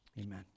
amen